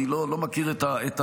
אני לא מכיר את הדבר.